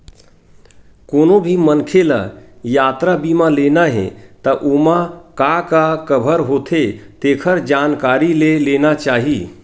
कोनो भी मनखे ल यातरा बीमा लेना हे त ओमा का का कभर होथे तेखर जानकारी ले लेना चाही